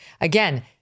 Again